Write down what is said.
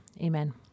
Amen